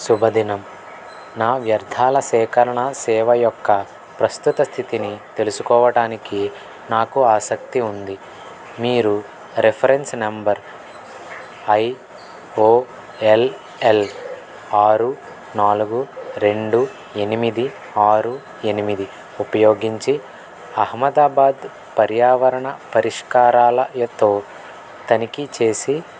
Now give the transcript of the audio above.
శుభదినం నా వ్యర్థాల సేకరణ సేవ యొక్క ప్రస్తుత స్థితిని తెలుసుకోవటానికి నాకు ఆసక్తి ఉంది మీరు రిఫరెన్స్ నంబర్ ఐఓఎల్ఎల్ ఆరు నాలుగు రెండు ఎనిమిది ఆరు ఎనిమిది ఉపయోగించి అహ్మదాబాదు పర్యావరణ పరిష్కారాలతో తనిఖీ చేసి